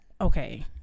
Okay